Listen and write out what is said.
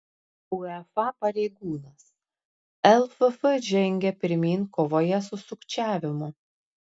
uefa pareigūnas lff žengia pirmyn kovoje su sukčiavimu